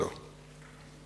זו, בחולם.